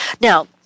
Now